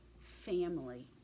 family